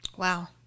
Wow